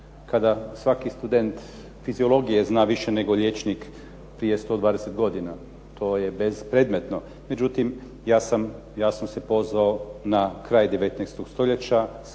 kada svaki student fiziologije zna više nego liječnik prije 120 godina. To je bespredmetno. Međutim, ja sam se pozvao na kraj 19. stoljeća